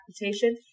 reputation